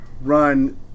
run